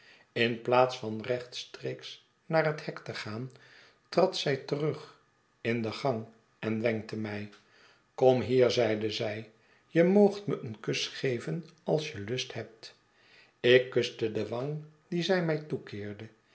in plaats van rechtstreeks naar het hek te gaan trad zij terug in den gang en wenkte mij kom hier zeide zij je moogt me een kus geven als je lust hebt ik kuste de wang die zij mij toekeerde